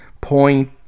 point